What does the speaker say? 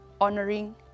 honoring